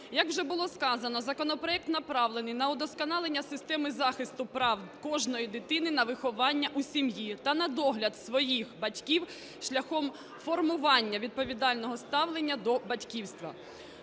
Як вже було сказано, законопроект направлений на удосконалення системи захисту прав кожної дитини на виховання у сім'ї та на догляд своїх батьків шляхом формування відповідального ставлення до батьківства.